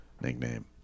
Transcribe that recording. nickname